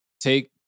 take